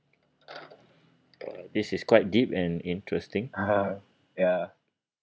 this is quite deep and interesting